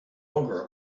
longer